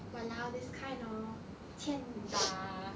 !walao! this kind hor 欠打